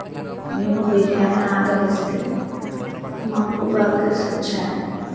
మేము బిర్యానీ ఆర్డర్ ఇస్తే మాకు బర్గర్స్ వచ్చాయి